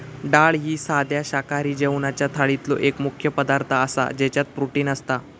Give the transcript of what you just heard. डाळ ही साध्या शाकाहारी जेवणाच्या थाळीतलो एक मुख्य पदार्थ आसा ज्याच्यात प्रोटीन असता